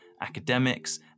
academics